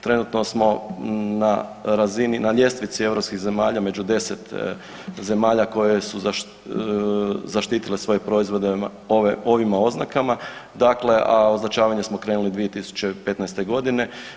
Trenutno smo na razini, na ljestvici europskih zemalja među 10 zemalja koje su zaštitile svoje proizvode ovim oznakama, dakle a označavanje smo krenuli 2015. godine.